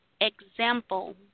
example